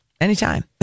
anytime